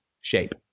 shape